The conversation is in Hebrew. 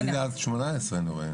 אני רואה